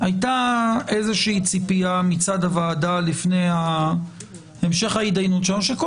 היתה ציפייה מצד הוועדה לפני המשך ההידיינות שכל